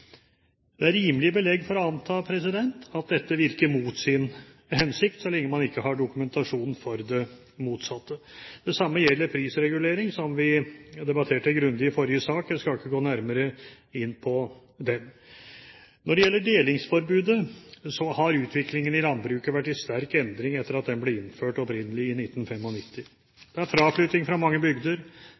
mot sin hensikt så lenge man ikke har dokumentasjon for det motsatte. Det samme gjelder prisregulering, som vi debatterte grundig i forrige sak. Jeg skal ikke gå nærmere inn på det. Når det gjelder delingsforbudet, har utviklingen i landbruket vært i sterk endring etter at det ble innført, opprinnelig i 1995. Det er fraflytting fra mange bygder,